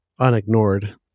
unignored